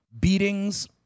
beatings